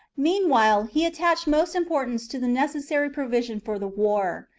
meanwhile, he attached most importance to the necessary provision for the war,